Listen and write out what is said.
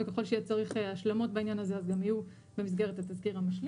וככל שיהיה צריך השלמות בעניין הזה אז הן יהיו במסגרת התזכיר המשני.